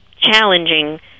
challenging